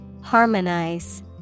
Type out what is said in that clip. harmonize